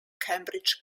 cambridge